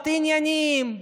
עניינים,